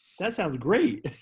that sounds great!